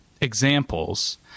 examples